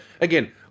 again